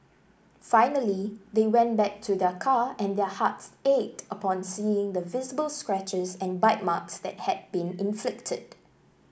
finally they went back to their car and their hearts ached upon seeing the visible scratches and bite marks that had been inflicted